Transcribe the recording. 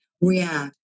react